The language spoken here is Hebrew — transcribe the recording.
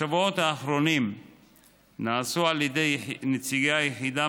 בשבועות האחרונים נעשו על ידי נציגי היחידה